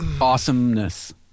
awesomeness